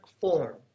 form